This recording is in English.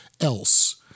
else